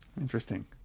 Interesting